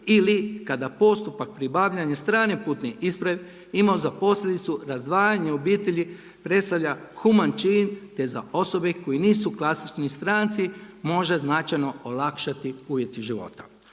ili kada postupak pribavljanja strane putne isprave ima za posljedicu razdvajanje obitelji predstavlja human čin te za osobe koje nisu klasični stranci može značajno olakšati uvjete života.